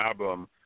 album